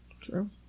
true